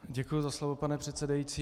Děkuji za slovo, pane předsedající.